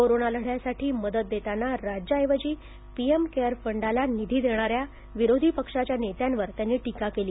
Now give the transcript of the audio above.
corona लढ्यासाठी मदत देताना राज्याऐवजी पीएम केअर फंडाला निधी देणाऱ्या विरोधी पक्षाच्या नेत्यांवर त्यांनी टीका केली